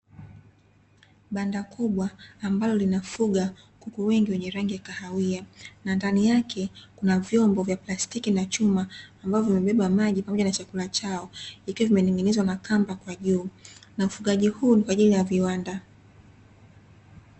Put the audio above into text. Banda kubwa ambalo linafuga, kuku wengi wenye rangi ya kahawia, na ndani yake kuna vyombo vya plastiki na chuma ambavyo vimebeba maji pamoja na chakula chao, ikiwa vimening‘inizwa na kamba kwa juu. Na ufugaji huu ni kwa ajili ya viwanda.